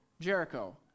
Jericho